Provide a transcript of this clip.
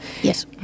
Yes